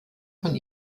von